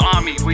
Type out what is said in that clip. Army